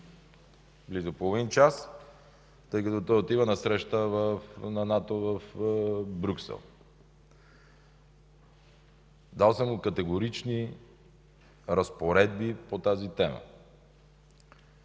близо половин час, тъй като той отива на срещата на НАТО в Брюксел. Дал съм му категорични разпоредби по тази тема,